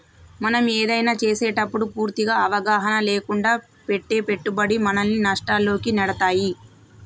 మనం ఏదైనా చేసేటప్పుడు పూర్తి అవగాహన లేకుండా పెట్టే పెట్టుబడి మనల్ని నష్టాల్లోకి నెడతాయి